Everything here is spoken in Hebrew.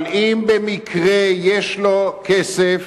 אבל אם במקרה יש לו כסף,